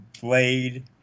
Blade